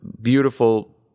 beautiful